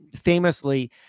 famously